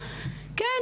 כן,